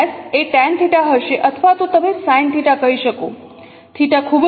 s એ tanθ હશે અથવા તો તમે sinθ કહી શકોθ ખૂબ જ નાનું છે